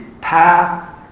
path